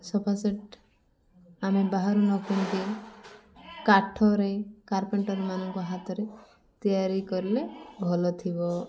sofa set ଆମେ ବାହାରୁ ନ କିିିଣିକି କାଠରେ କାର୍ପେଣ୍ଟରମାନଙ୍କ ହାତରେ ତିଆରି କରିଲେ ଭଲ ଥିବ